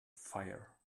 fire